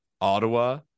Ottawa